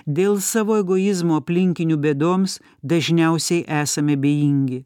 dėl savo egoizmo aplinkinių bėdoms dažniausiai esame abejingi